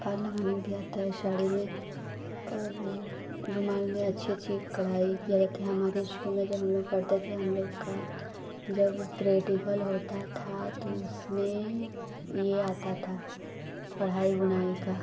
falls लगाना भी आता है साड़ी में और रुमाल में अच्छी अच्छी कढ़ाई की जाती है हमारे स्कूल में जब हम लोग पढ़ते थे हम लोग का जब प्रैक्टिकल होता था तो उसमें यह आता था कढ़ाई बुनाई का